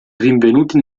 rinvenuti